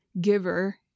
giver